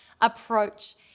approach